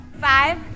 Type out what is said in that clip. five